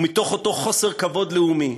ומתוך אותו חוסר כבוד לאומי,